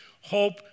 hope